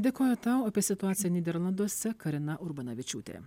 dėkoju tau apie situaciją nyderlanduose karina urbanavičiūtė